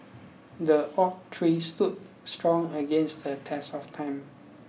the oak tree stood strong against the test of time